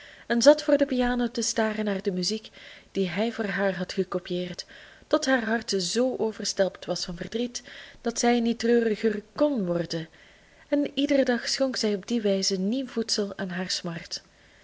en zat voor de piano te staren naar de muziek die hij voor haar had gecopieerd tot haar hart zoo overstelpt was van verdriet dat zij niet treuriger kn worden en iederen dag schonk zij op die wijze nieuw voedsel aan hare smart